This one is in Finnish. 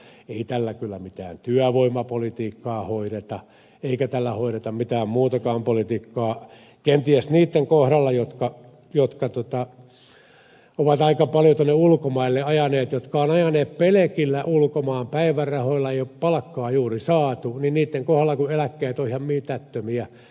mutta ei tällä kyllä mitään työvoimapolitiikkaa hoideta eikä tällä hoideta mitään muutakaan politiikkaa paitsi kenties niitten kohdalla jotka ovat aika paljon tuonne ulkomaille ajaneet jotka ovat ajaneet pelkillä ulkomaan päivärahoilla ei ole palkkaa juuri saatu niiden kohdalla eläkkeet ovat ihan mitättömiä